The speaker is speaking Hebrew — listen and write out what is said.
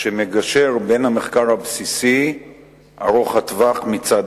שמגשר בין המחקר הבסיסי ארוך הטווח מצד